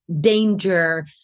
danger